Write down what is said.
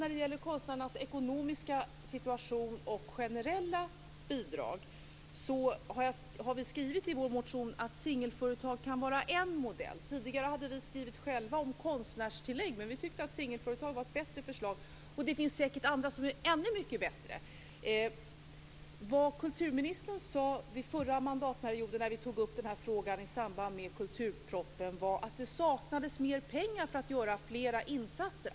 När det gäller konstnärernas ekonomiska situation och generella bidrag har vi skrivit i vår motion att singelföretag kan vara en modell. Tidigare hade vi själva skrivit om konstnärstillägg, men vi tyckte att singelföretag var ett bättre förslag. Det finns säkert andra som är ännu mycket bättre. Vad kulturministern sade vid förra mandatperioden när vi tog upp den har frågan i samband med kulturpropositionen var att det saknades mer pengar för att göra fler insatser.